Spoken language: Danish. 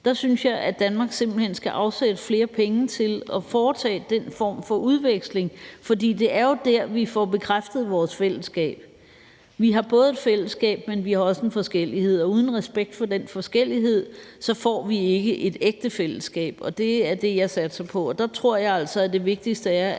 Der synes jeg, at Danmark simpelt hen skal afsætte flere penge til at foretage den form for udveksling, for det er jo der, vi får bekræftet vores fællesskab. Vi har både et fællesskab, men vi har også en forskellighed, og uden respekt for den forskellighed får vi ikke et ægte fællesskab, og det er det, jeg satser på. Der tror jeg altså, at det vigtigste er,